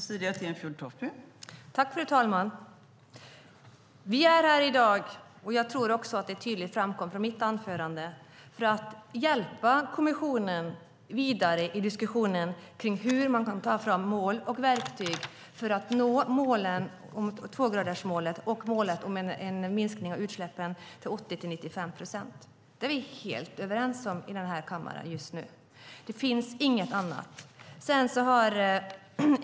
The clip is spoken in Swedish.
Fru talman! Jag tror att det framkom tydligt i mitt anförande att vi är här i dag för att hjälpa kommissionen vidare i diskussionen om hur man kan ta fram mål och verktyg för att nå tvågradersmålet och målet om en minskning av utsläppen med 80-95 procent. Det är vi helt överens om i den här kammaren just nu. Det finns inget annat.